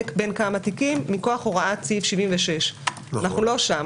בין כמה תיקים מכוח הוראת סעיף 76. אנחנו לא שם.